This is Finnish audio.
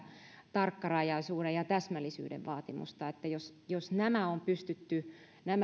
tarkkarajaisuuden ja täsmällisyyden vaatimusta eli jos nämä kynnyskysymykset on pystytty